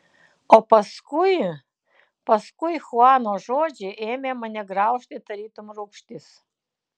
o paskui paskui chuano žodžiai ėmė mane graužti tarytum rūgštis